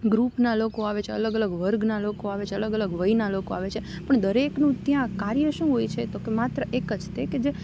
ગ્રુપના લોકો આવે છે અલગ અલગ વર્ગના લોકો આવે છે અલગ અલગ વયના લોકો આવે છે પણ દરેકનું ત્યાં કાર્ય શું હોય છે તો કે માત્ર એક જ તે કે જે